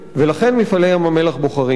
ולכן "מפעלי ים-המלח" בוחרים בו.